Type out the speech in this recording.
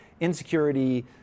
insecurity